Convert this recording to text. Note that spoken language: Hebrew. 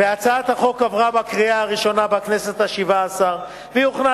הצעת החוק עברה בקריאה הראשונה בכנסת השבע-עשרה והיא הוכנה